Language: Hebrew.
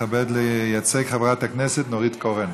תתכבד לייצג חברת הכנסת נורית קורן,